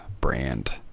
brand